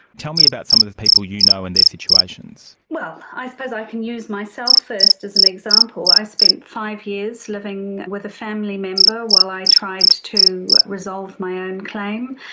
tell me about some of the people you know and their situations. well, i suppose i can use myself first as an example. i spent five years living with a family member while i tried to resolve my own claim.